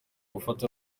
gufata